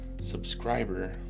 subscriber